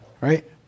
right